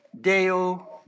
deo